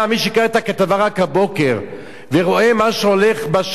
ורואה מה שהולך בשכונת לוינסקי,